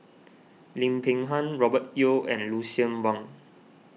Lim Peng Han Robert Yeo and Lucien Wang